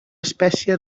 espècie